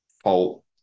fault